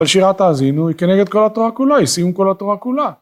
בשירת האזינו היא כנגד כל התורה כולה, היא סיום כל התורה כולה.